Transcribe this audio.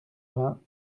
vingts